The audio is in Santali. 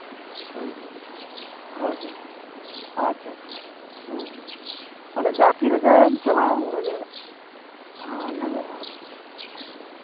ᱦᱮᱸ ᱦᱮᱸ ᱦᱳᱭ ᱦᱳᱭ ᱟᱪᱪᱷᱟ ᱟᱪᱪᱷᱟ ᱦᱮᱸ ᱦᱮᱸ ᱢᱟᱱᱮ ᱡᱟᱦᱟᱸ ᱛᱤᱱ ᱨᱮᱜᱮᱧ ᱪᱟᱞᱟᱜ ᱩᱱ ᱨᱮᱜᱮ ᱧᱟᱢᱚᱜᱼᱟ ᱟᱨᱠᱤ